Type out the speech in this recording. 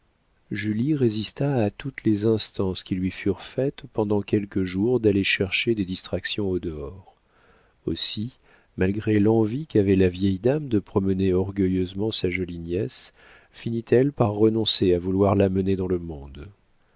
julie résista à toutes les instances qui lui furent faites pendant quelques jours d'aller chercher des distractions au dehors aussi malgré l'envie qu'avait la vieille dame de promener orgueilleusement sa jolie nièce finit elle par renoncer à vouloir la mener dans le monde